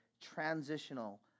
transitional